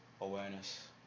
awareness